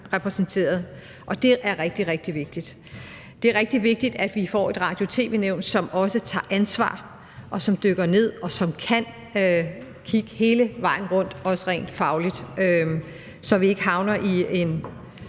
repræsenteret, og det er rigtig, rigtig vigtigt. Det er rigtig vigtigt, at vi får et radio- og tv-nævn, som også tager ansvar, og som dykker ned og kan kigge hele vejen rundt, også rent fagligt, så vi ikke havner i en